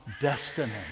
destiny